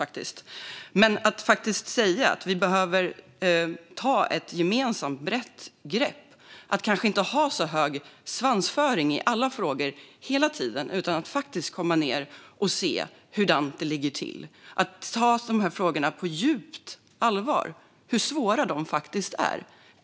Men en grundförutsättning för att lyckas med det här är att ta ett gemensamt, brett grepp och kanske inte ha så hög svansföring i alla frågor hela tiden utan komma ned och se hurdant det ligger till, ta dessa frågor på djupt allvar och se hur svåra de faktiskt är.